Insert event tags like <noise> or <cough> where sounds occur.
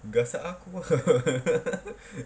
gasak aku ah <laughs>